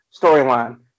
storyline